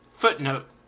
footnote